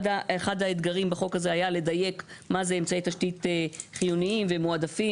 אחד האתגרים בחוק הזה היה לדייק מה זה אמצעי תשתית חיוניים ומועדפים,